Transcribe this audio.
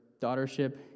daughtership